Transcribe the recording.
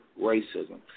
racism